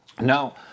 Now